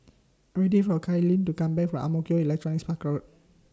I Am waiting For Kailyn to Come Back from Ang Mo Kio Electronics Park Road